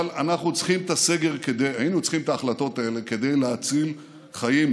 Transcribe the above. אבל אנחנו צריכים את הסגר, היינו צריכים את ההחלטות האלה כדי להציל חיים,